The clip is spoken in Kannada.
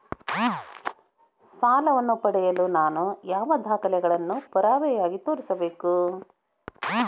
ಸಾಲವನ್ನು ಪಡೆಯಲು ನಾನು ಯಾವ ದಾಖಲೆಗಳನ್ನು ಪುರಾವೆಯಾಗಿ ತೋರಿಸಬೇಕು?